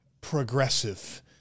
progressive